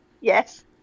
yes